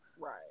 Right